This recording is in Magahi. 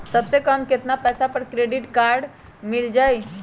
सबसे कम कतना पैसा पर क्रेडिट काड मिल जाई?